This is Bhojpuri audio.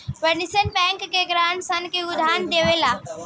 वाणिज्यिक बैंक ग्राहक सन के उधार दियावे ला